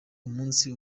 umunsi